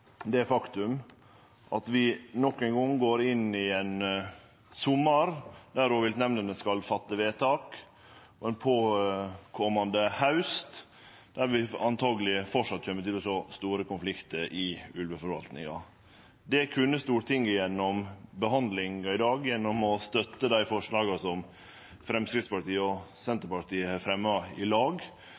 det faktum at vi endå ein gong går inn i ein sommar der rovviltnemndene skal gjere vedtak, og ein komande haust då vi antakeleg framleis kjem til å ha store konfliktar i ulveforvaltninga. Det kunne Stortinget gjennom behandlinga i dag, gjennom å støtte dei forslaga som Framstegspartiet og Senterpartiet har fremja i lag,